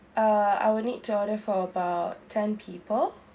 uh I will need to order for about ten people